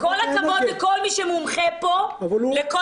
עם כל הכבוד לכל מי שמומחה פה בכל